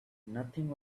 nothing